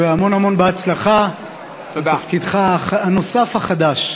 והמון המון בהצלחה בתפקידך הנוסף החדש.